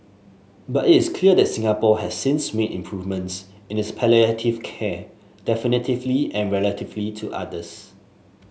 but it is clear that Singapore has since made improvements in its palliative care definitively and relatively to others